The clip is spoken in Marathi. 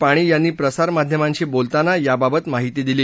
पाणी यांनी प्रसारमाध्यमांशी बोलताना याबाबत माहिती ही दिली